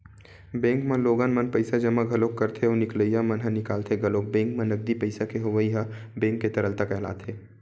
bank म लोगन मन पइसा जमा घलोक करथे अउ निकलइया मन ह निकालथे घलोक बेंक म नगदी पइसा के होवई ह बेंक के तरलता कहलाथे